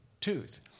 tooth